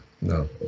no